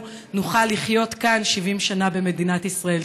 נוכל לחיות כאן 70 שנה במדינת ישראל.